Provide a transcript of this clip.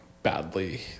Badly